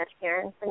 Karen